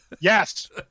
Yes